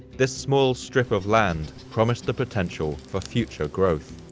this small strip of land promised the potential for future growth.